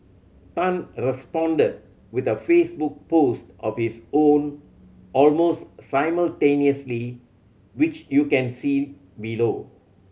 tan responded with a Facebook post of his own almost simultaneously which you can see below